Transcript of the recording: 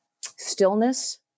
stillness